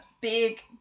big